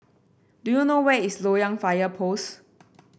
do you know where is Loyang Fire Post